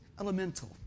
Elemental